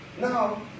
Now